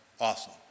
awesome